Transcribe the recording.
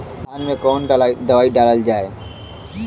धान मे कवन दवाई डालल जाए?